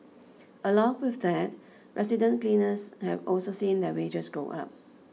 along with that resident cleaners have also seen their wages go up